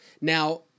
Now